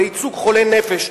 לייצוג חולי נפש,